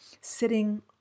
sitting